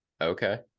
Okay